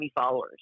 followers